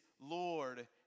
Lord